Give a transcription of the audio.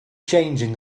changing